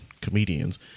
comedians